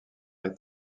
est